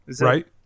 Right